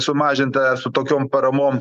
sumažinta su tokiom paramom